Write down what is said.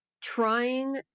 trying